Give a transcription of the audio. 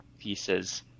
pieces